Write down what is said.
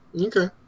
Okay